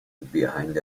behind